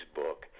book